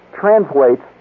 translates